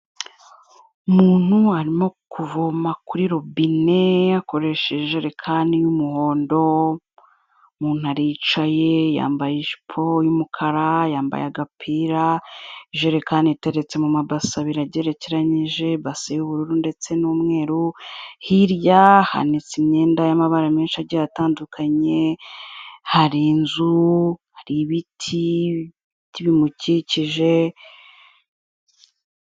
Umuntu arimo kuvoma kuri robine akoresha ijerekani y'umuhondo, umuntu aricaye yambaye ijipo y'umukara, yambaye agapira, ijerekani iteretse mu mamabasi abiri agerekenyije, ibase y'ubururu ndetse n'umweru, hirya hanitse imyenda y'amabara menshi agiye atandukanye, hari inzu, hari ibiti bimukikije.